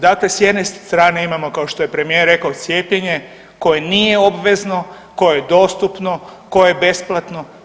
Dakle, s jedne strane imamo kao što je premijer rekao cijepljenje koje nije obvezno, koje je dostupno, koje je besplatno.